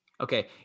Okay